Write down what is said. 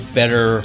better